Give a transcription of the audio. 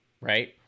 Right